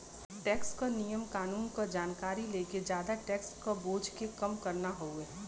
tax क नियम कानून क जानकारी लेके जादा टैक्स क बोझ के कम करना हउवे